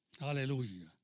Hallelujah